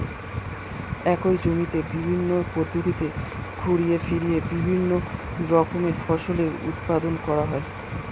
একই জমিতে বিভিন্ন পদ্ধতিতে ঘুরিয়ে ফিরিয়ে বিভিন্ন রকমের ফসলের উৎপাদন করা হয়